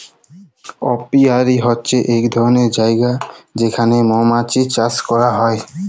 apiary হছে ইক ধরলের জায়গা যেখালে মমাছি চাষ ক্যরা হ্যয়